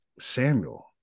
Samuel